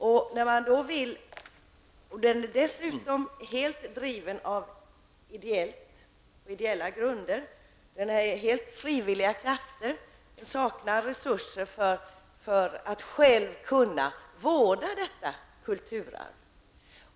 Teatern är dessutom helt driven på ideella grunder, av helt frivilliga krafter, och man saknar resurser för att själv kunna vårda detta kulturarv.